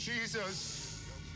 Jesus